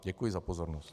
Děkuji za pozornost.